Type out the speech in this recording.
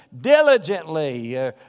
diligently